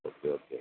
okay okay